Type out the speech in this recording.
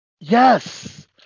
yes